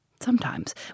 sometimes